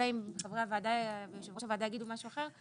אלא אם חברי הוועדה ויושב ראש הוועדה יגידו משהו אחר,